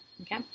Okay